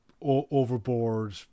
overboard